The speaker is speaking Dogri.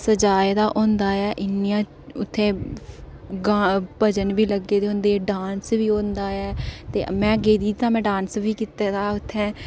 सजाए दा होंदा ऐ इ'न्नियां उत्थै भजन बी लग्गे दे होंदे डांस बी होंदा ऐ ते में गेदी इत्थै डांस बी कीते दा उत्थै